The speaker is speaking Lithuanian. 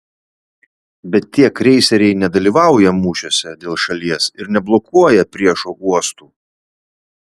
bet tie kreiseriai nedalyvauja mūšiuose dėl šalies ir neblokuoja priešo uostų